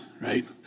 right